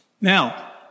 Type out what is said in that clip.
Now